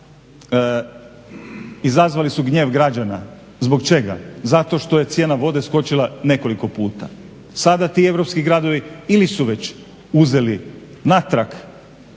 izazvali su gnjev građana. Zbog čega? Zato što je cijena vode skočila nekoliko puta. Sada ti europski gradovi ili su već uzeli natrag